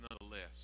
nonetheless